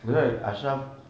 that's why ashraf